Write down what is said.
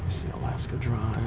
see alaska drive.